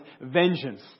vengeance